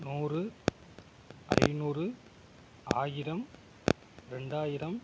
நூறு ஐந்நூறு ஆயிரம் ரெண்டாயிரம்